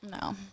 no